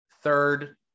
third